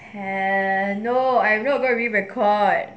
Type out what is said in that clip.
have no I am not going to re-record